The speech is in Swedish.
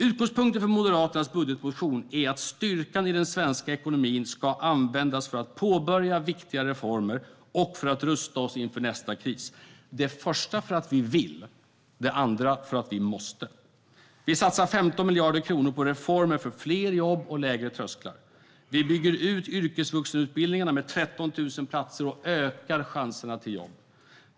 Utgångspunkten för Moderaternas budgetmotion är att styrkan i den svenska ekonomin ska användas för att påbörja viktiga reformer och för att rusta oss inför nästa kris - det första för att vi vill, det andra för att vi måste. Vi satsar 15 miljarder kronor på reformer för fler jobb och lägre trösklar. Vi bygger ut yrkesvuxenutbildningarna med 13 000 platser och ökar chanserna till jobb.